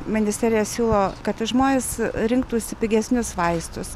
ministerija siūlo kad žmonės rinktųsi pigesnius vaistus